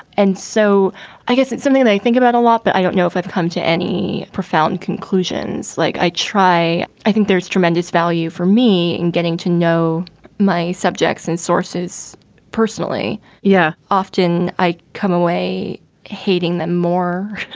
and so i guess it's something and i think about a lot, but i don't know if i've come to any profound conclusions like i try i think there's tremendous value for me in getting to know my subjects and sources personally yeah, often i come away hating them more.